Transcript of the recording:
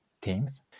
teams